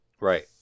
Right